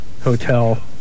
hotel